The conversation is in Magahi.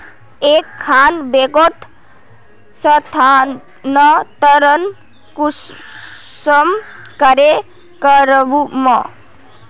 एक खान बैंकोत स्थानंतरण कुंसम करे करूम?